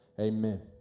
amen